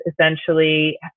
essentially